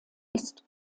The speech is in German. ist